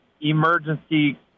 emergency